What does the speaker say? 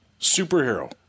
superhero